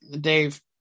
Dave